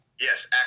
Yes